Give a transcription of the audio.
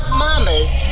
mama's